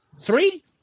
three